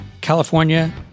California